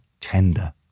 tender